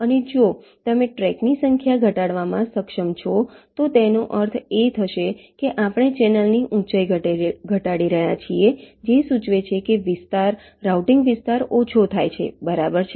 અને જો તમે ટ્રેકની સંખ્યા ઘટાડવામાં સક્ષમ છો તો તેનો અર્થ એ થશે કે આપણે ચેનલની ઊંચાઈ ઘટાડી રહ્યા છીએ જે સૂચવે છે કે વિસ્તાર રાઉટિંગ વિસ્તાર ઓછો થાય છે બરાબર છે